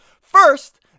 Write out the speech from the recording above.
First